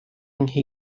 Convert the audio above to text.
nothing